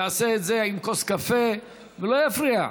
יעשה את זה עם כוס קפה ולא יפריע.